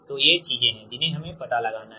तो ये चीजें हैं जिन्हें हमें पता लगाना है